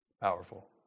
Powerful